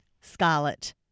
scarlet